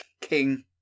King